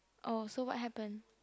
oh so what happened